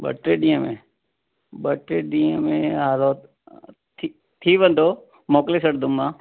ॿ टे ॾींहं में ॿ टे ॾींहं में थी थी वेंदो मोकिले छॾिंदुमि मां